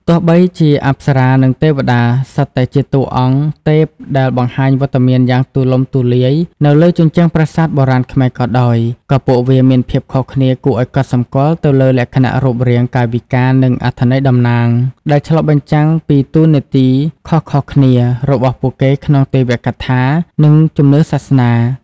ទោះបីជា អប្សរា និង ទេវតា សុទ្ធតែជាតួអង្គទេពដែលបង្ហាញវត្តមានយ៉ាងទូលំទូលាយនៅលើជញ្ជាំងប្រាសាទបុរាណខ្មែរក៏ដោយ ក៏ពួកវាមានភាពខុសគ្នាគួរឲ្យកត់សម្គាល់ទៅលើលក្ខណៈរូបរាង កាយវិការ និងអត្ថន័យតំណាង ដែលឆ្លុះបញ្ចាំងពីតួនាទីខុសៗគ្នារបស់ពួកគេក្នុងទេវកថា និងជំនឿសាសនា។